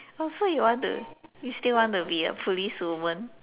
oh so you want to you still want to be a policewoman